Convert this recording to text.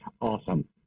Awesome